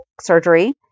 Surgery